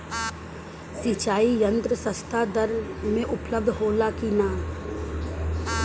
सिंचाई यंत्र सस्ता दर में उपलब्ध होला कि न?